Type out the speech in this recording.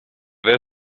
this